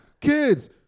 kids